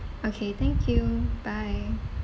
okay thank you bye